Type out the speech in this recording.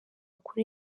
kuri